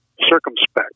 circumspect